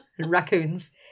Raccoons